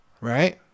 Right